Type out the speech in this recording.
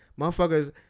motherfuckers